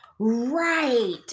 Right